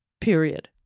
period